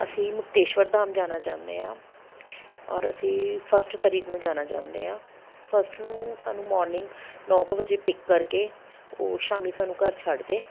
ਅਸੀਂ ਮੁਕਤੇਸ਼ਵਰ ਧਾਮ ਜਾਣਾ ਚਾਹੁੰਦੇ ਹਾਂ ਔਰ ਅਸੀਂ ਫਸਟ ਤਰੀਕ ਨੂੰ ਜਾਣਾ ਚਾਹੁੰਦੇ ਹਾਂ ਫਸਟ ਨੂੰ ਸਾਨੂੰ ਮੋਰਨਿੰਗ ਨੌ ਕੁ ਵਜੇ ਪਿੱਕ ਕਰਕੇ ਉਹ ਸ਼ਾਮੀਂ ਸਾਨੂੰ ਘਰ ਛੱਡ ਦਏ